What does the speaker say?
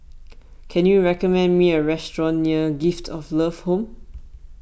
can you recommend me a restaurant near Gift of Love Home